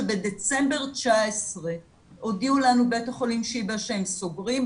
שבדצמבר 19' הודיעו לנו בבית החולים שיבא שהם סוגרים,